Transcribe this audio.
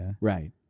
Right